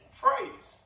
phrase